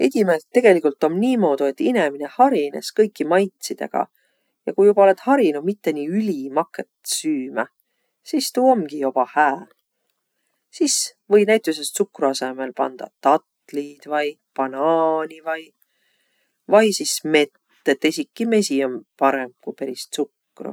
Edimält tegeligult om niimoodu, et inemine harinõs kõiki maitsidõgaq. Ja ku joba olõt harinu mitte nii ülimakõt süümä, sis tuu omgi joba hää. Sis või näütüses tsukru asõmõl pandaq datliid vai banaani vai vai sis mett. Et esiki mesi om parõmb ku peris tsukru.